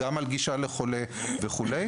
גישה לחולה וכו'.